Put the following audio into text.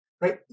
right